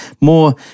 more